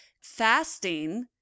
Fasting